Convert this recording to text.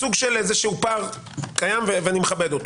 סוג של איזשהו פער קיים ואני מכבד אותו.